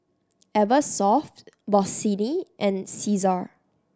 Eversoft Bossini and Cesar